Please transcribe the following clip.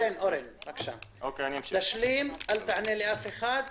לפני שנעבור להמלצות